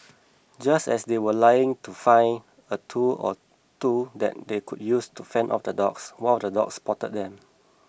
just as they were trying to find a tool or two that they could use to fend off the dogs one of the dogs spotted them